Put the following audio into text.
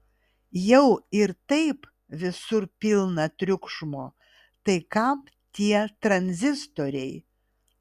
jau ir taip visur pilna triukšmo tai kam tie tranzistoriai